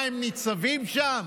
מה, הם ניצבים שם?